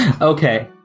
okay